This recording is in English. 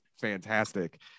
fantastic